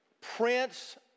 Prince